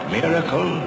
miracle